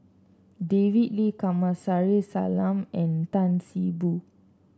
David Lee Kamsari Salam and Tan See Boo